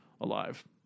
alive